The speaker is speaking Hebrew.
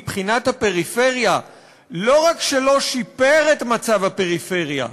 מבחינת הפריפריה לא רק שלא שיפר את מצב הפריפריה,